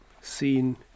seen